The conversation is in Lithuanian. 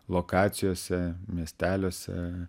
lokacijose miesteliuose